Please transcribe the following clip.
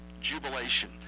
jubilation